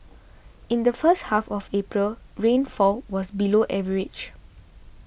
in the first half of April rainfall was below average